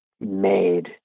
made